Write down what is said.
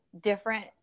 different